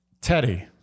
Teddy